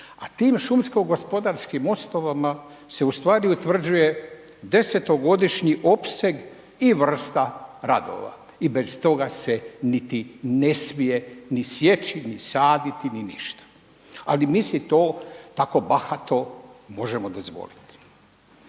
A tim šumsko gospodarskim osnovama se ustvari utvrđuje 10.-to godišnji opseg i vrsta radova i bez toga se niti ne smije ni sjeći, ni saditi ni ništa. Ali mi si to tako bahato možemo dozvoliti.